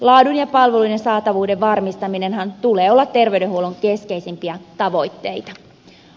laadun ja palveluiden saatavuuden varmistamisenhan tulee olla terveydenhuollon keskeisimpiä tavoitteita